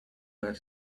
were